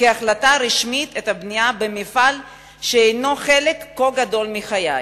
כהחלטה רשמית את הבנייה במפעל שהינו חלק כה גדול מחיי.